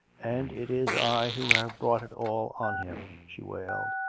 and it is i who have brought it all on him! she wailed.